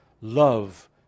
love